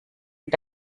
und